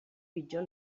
pitjor